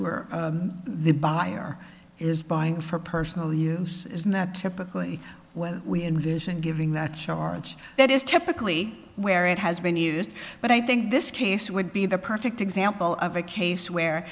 were the buyer is buying for personal use typically when we envision giving that charge that is typically where it has been used but i think this case would be the perfect example of a case where